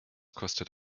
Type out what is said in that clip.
kostet